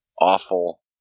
awful